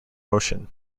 motion